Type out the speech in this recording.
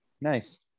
nice